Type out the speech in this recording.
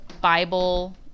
Bible